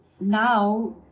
now